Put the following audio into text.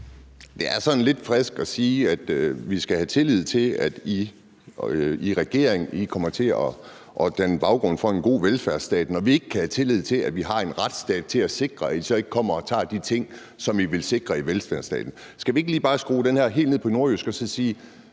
Det er sådan lidt frisk at sige, at vi skal have tillid til, at I i regeringen kommer til at danne baggrund for en god velfærdsstat, når vi ikke kan have tillid til, at vi har en retsstat til at sikre, at I så ikke kommer og tager de ting, som I vil sikre i velfærdsstaten. Skal vi ikke bare lige skrue den her helt ned på nordjysk og så spørge: